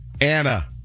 Anna